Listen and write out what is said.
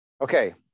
Okay